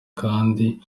kandi